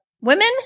women